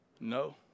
No